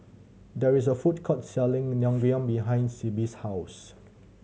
there is a food court selling Naengmyeon behind Sibbie's house